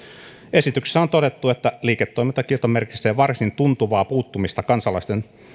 esityksessä on todettu että liiketoimintakielto merkitsee varsin tuntuvaa puuttumista kansalaisten